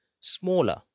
smaller